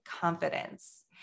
confidence